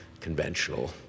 conventional